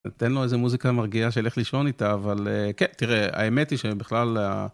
נותן לו איזה מוזיקה מרגיעה שילך לישון איתה, אבל, כן, תראה, האמת היא שבכלל ה...